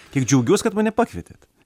kiek džiaugiuos kad mane pakvietėt